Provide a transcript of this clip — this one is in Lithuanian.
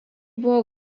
buvo